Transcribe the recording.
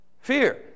Fear